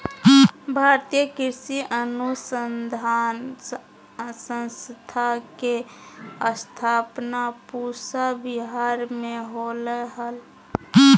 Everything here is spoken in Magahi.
भारतीय कृषि अनुसंधान संस्थान के स्थापना पूसा विहार मे होलय हल